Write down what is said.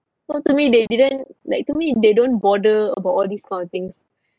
so to me they didn't like to me they don't bother about all these kinds of things